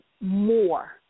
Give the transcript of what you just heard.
more